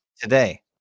today